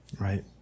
right